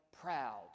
proud